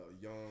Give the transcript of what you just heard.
young